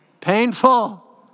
Painful